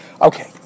Okay